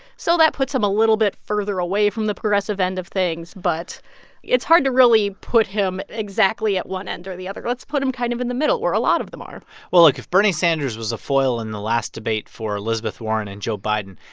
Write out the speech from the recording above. so that puts him a little bit further away from the progressive end of things. but it's hard to really put him exactly at one end or the other. let's put him kind of in the middle, where a lot of them are well, look. if bernie sanders was a foil in the last debate for elizabeth warren and joe biden,